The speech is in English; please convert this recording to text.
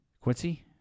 Quincy